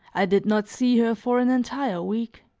i did not see her for an entire week